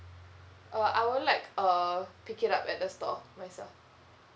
uh I would like uh pick it up at the store myself